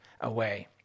away